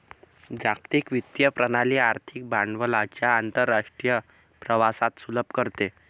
जागतिक वित्तीय प्रणाली आर्थिक भांडवलाच्या आंतरराष्ट्रीय प्रवाहास सुलभ करते